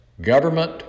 government